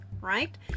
right